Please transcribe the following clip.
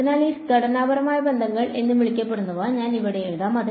അതിനാൽ ഈ ഘടനാപരമായ ബന്ധങ്ങൾ എന്ന് വിളിക്കപ്പെടുന്നവ ഞാൻ ഇവിടെ എഴുതുകയാണ്